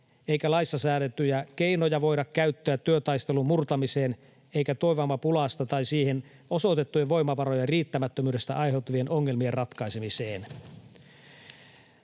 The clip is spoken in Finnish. eikä laissa säädettyjä keinoja voida käyttää työtaistelun murtamiseen eikä työvoimapulasta tai siihen osoitettujen voimavarojen riittämättömyydestä aiheutuvien ongelmien ratkaisemiseen.